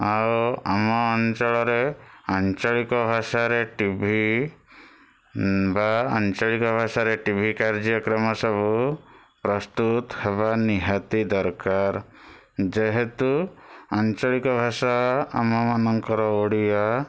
ଆଉ ଆମ ଅଞ୍ଚଳରେ ଆଞ୍ଚଳିକ ଭାଷାରେ ଟିଭି ବା ଆଞ୍ଚଳିକ ଭାଷାରେ ଟିଭି କାର୍ଯ୍ୟକ୍ରମ ସବୁ ପ୍ରସ୍ତୁତହେବା ନିହାତି ଦରକାର ଯେହେତୁ ଆଞ୍ଚଳିକ ଭାଷା ଆମମାନଙ୍କର ଓଡ଼ିଆ